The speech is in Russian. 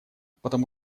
потому